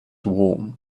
warm